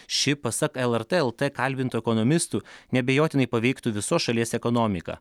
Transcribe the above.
ši pasak lrt el t kalbintų ekonomistų neabejotinai paveiktų visos šalies ekonomiką